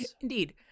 Indeed